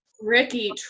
tricky